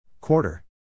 Quarter